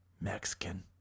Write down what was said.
Mexican